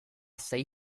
sei